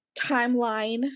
timeline